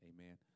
Amen